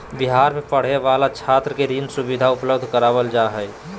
बिहार में पढ़े वाला छात्र के ऋण सुविधा उपलब्ध करवाल जा हइ